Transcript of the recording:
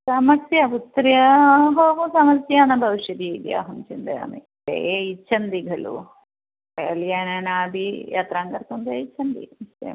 समस्या पुत्र्या सह हु समस्या न भविष्यति इति अहं चिन्तयामि ते इच्छन्ति खलु रेल्यानेनापि यात्रां कर्तुं ते इच्छन्ति निश्चयं